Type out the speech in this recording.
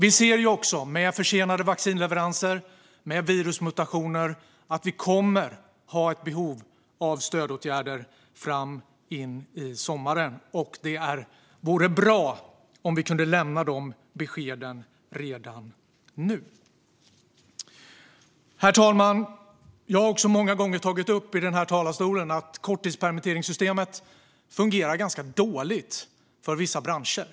I och med försenade vaccinleveranser och virusmutationer ser vi att vi kommer att ha behov av stödåtgärder fram till och in i sommaren. Det vore bra om vi kunde lämna besked om det redan nu. Herr talman! Jag har många gånger här i talarstolen tagit upp att korttidspermitteringssystemet fungerar dåligt för vissa branscher.